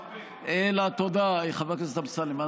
תודה חבר הכנסת אמסלם,